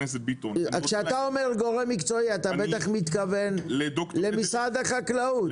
כשאתה אומר "גורם מקצועי" אתה בטח מתכוון למשרד החקלאות,